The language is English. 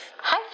Hi